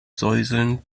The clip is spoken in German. säuseln